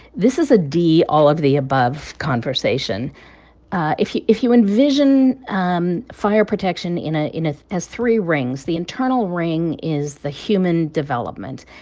this is a d, all of the above conversation if you if you envision um fire protection in ah in a as three rings, the internal ring is the human human development,